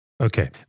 Okay